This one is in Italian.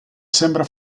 sembra